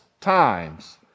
times